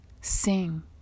Sing